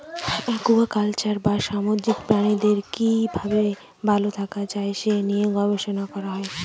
aquaculture বা সামুদ্রিক প্রাণীদের কি ভাবে ভালো থাকা যায় সে নিয়ে গবেষণা করা হয়